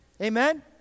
Amen